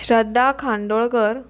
Shraddha Khandolkar